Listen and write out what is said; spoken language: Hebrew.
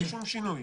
בלי שום שינוי,